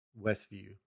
Westview